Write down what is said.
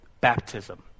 baptism